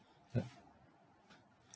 uh